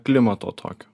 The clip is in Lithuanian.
klimato tokio